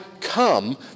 come